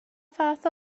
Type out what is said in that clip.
fath